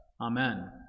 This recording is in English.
Amen